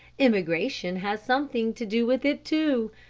immigration has something to do with it, too.